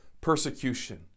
persecution